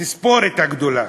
התספורת הגדולה.